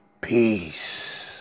Peace